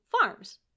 farms